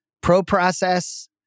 Pro-process